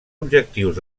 objectius